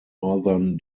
northern